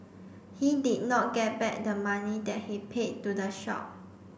he did not get back the money that he paid to the shop